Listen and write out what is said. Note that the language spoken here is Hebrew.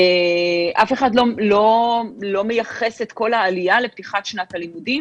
לא מייחס את כל העלייה לפתיחת שנת הלימודים,